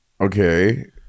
Okay